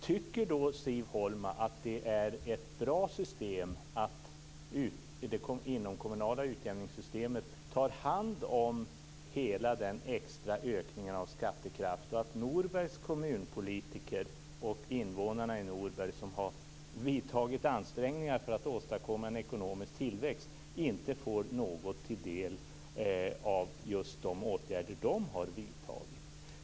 Tycker då Siv Holma att det är ett bra system att det inomkommunala utjämningssystemet tar hand om hela denna extra ökning av skattekraft och att Norbergs kommunpolitiker och invånare, som vidtagit ansträngningar för att åstadkomma en ekonomisk tillväxt, inte får något till del av just de åtgärder de har vidtagit?